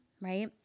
right